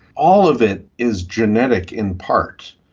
all of it is genetic in part,